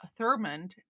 Thurmond